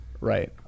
Right